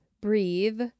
Breathe